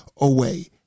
away